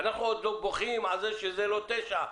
אנחנו עוד בוכים שזה לא תשע,